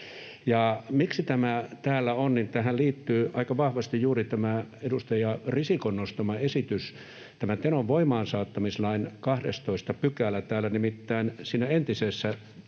Miksi tämä täällä on, niin tähän liittyy aika vahvasti juuri tämä edustaja Risikon nostama esitys, tämän Tenon voimaansaattamislain 12 §. Nimittäin siinä entisessä, tällä